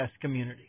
Community